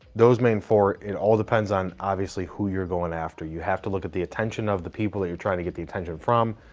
those main four, it all depends on obviously who you're going after. you have to look at the attention of the people that you're trying to get the attention from.